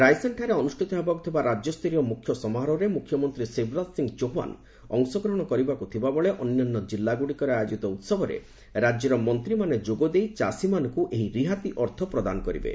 ରାଇସେନ୍ଠାରେ ଅନୁଷ୍ଠିତ ହେବାକୁ ଥିବା ରାଜ୍ୟସ୍ତରୀୟ ମୁଖ୍ୟ ସମାରୋହରେ ମୁଖ୍ୟମନ୍ତ୍ରୀ ଶିବରାଜ ସିଂହ ଚୌହାନ୍ ଅଂଶଗ୍ରହଣ କରିବାକୁ ଥିବାବେଳେ ଅନ୍ୟାନ୍ୟ କିଲ୍ଲାଗୁଡ଼ିକରେ ଆୟୋଜିତ ଉତ୍ସବରେ ରାଜ୍ୟର ମନ୍ତ୍ରୀମାନେ ଯୋଗଦେଇ ଚାଷୀମାନଙ୍କ ଏହି ରିହାତି ଅର୍ଥ ପ୍ରଦାନ କରିବେ